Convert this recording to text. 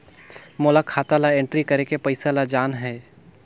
मोला खाता ला एंट्री करेके पइसा ला जान हे?